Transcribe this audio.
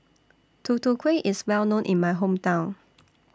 Tutu Kueh IS Well known in My Hometown